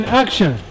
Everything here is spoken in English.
action